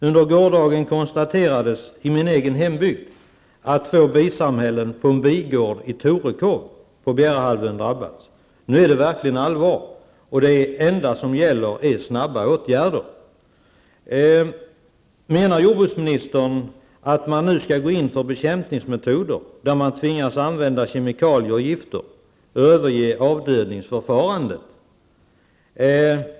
Under gårdagen konstaterades i min egen hembygd att två bisamhällen på en bigård i Torekov har drabbats. Nu är det verkligen allvar. Det enda som gäller är snabba åtgärder. Menar jordbruksministern att man nu skall gå in för bekämpningsmetoder, där man tvingas använda kemikalier och gifter och överge avdödningsförfarandet?